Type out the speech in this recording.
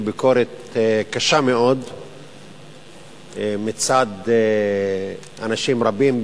לביקורת קשה מאוד מצד אנשים רבים,